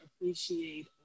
appreciate